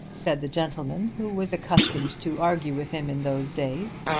said the gentleman who was accustomed to argue with him in those days.